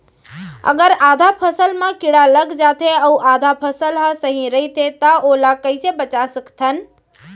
अगर आधा फसल म कीड़ा लग जाथे अऊ आधा फसल ह सही रइथे त ओला कइसे बचा सकथन?